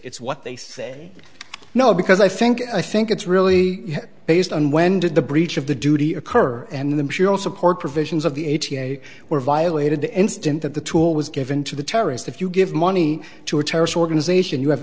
it's what they say no because i think i think it's really based on when did the breach of the duty occur and i'm sure all support provisions of the eighty eight were violated the instant that the tool was given to the terrorist if you give money to a terrorist organization you have